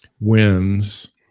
wins